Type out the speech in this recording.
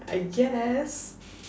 I guess